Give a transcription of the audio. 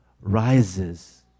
rises